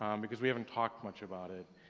um because we haven't talked much about it.